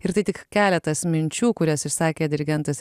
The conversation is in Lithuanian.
ir tai tik keletas minčių kurias išsakė dirigentas